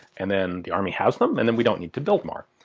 and then the army has them and then we don't need to build more.